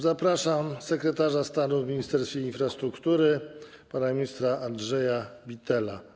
Zapraszam sekretarza stanu w Ministerstwie Infrastruktury pana ministra Andrzeja Bittela.